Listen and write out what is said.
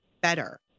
better